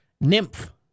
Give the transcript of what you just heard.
Nymph